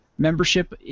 membership